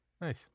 Nice